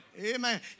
Amen